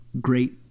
great